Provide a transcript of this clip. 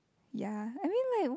ya I mean like